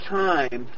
time